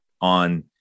on